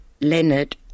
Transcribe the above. Leonard